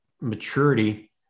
maturity